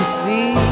see